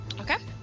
Okay